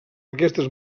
aquestes